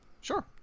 Sure